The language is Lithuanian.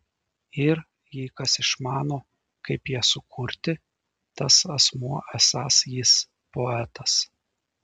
ir jei kas išmano kaip ją sukurti tas asmuo esąs jis poetas